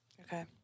okay